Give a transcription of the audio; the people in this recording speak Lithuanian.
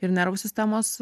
ir nervų sistemos